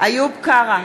איוב קרא,